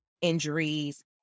injuries